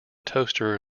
toaster